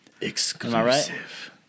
Exclusive